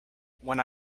when